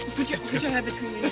put your head between